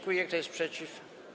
Kto jest przeciw?